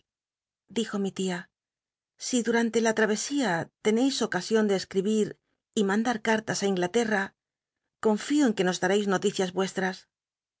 o mi tia si clumnte la xlistr travesía ocasion deci y mandar cartas tí inglaterra confío en que nos ciareis noticias